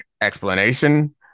explanation